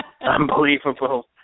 unbelievable